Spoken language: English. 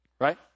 right